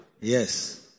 Yes